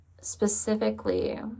specifically